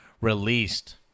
released